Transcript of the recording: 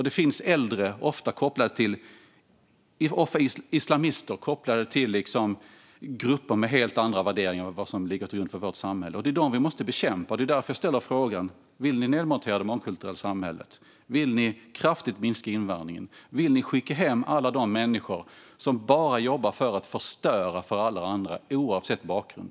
Det finns äldre islamister kopplade till grupper med helt andra värderingar än de som ligger till grund för vårt samhälle, och det är dem vi måste bekämpa. Det är därför jag ställer frågan om ni vill nedmontera det mångkulturella samhället, kraftigt minska invandringen och skicka hem alla de människor som bara jobbar för att förstöra för alla andra, oavsett bakgrund.